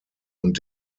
und